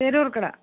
Peroorkada